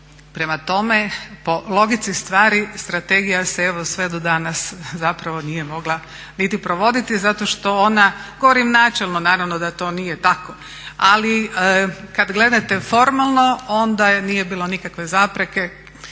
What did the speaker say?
prema tome po logici stvari strategija se evo sve do danas zapravo nije mogla niti provoditi zato što ona, govorim načelno naravno da to nije tako. Ali kad gledate formalno onda nije bilo nikakve zapreke